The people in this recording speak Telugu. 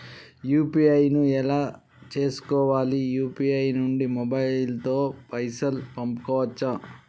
యూ.పీ.ఐ ను ఎలా చేస్కోవాలి యూ.పీ.ఐ నుండి మొబైల్ తో పైసల్ పంపుకోవచ్చా?